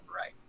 right